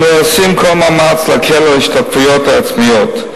אנו עושים כל מאמץ להקל את ההשתתפויות העצמיות.